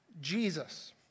Jesus